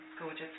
gorgeous